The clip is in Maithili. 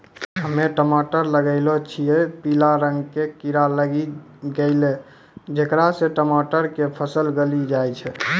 हम्मे टमाटर लगैलो छियै पीला रंग के कीड़ा लागी गैलै जेकरा से टमाटर के फल गली जाय छै?